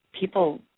people